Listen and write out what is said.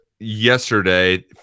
yesterday